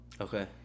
okay